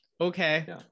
okay